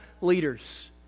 leaders